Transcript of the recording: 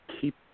keep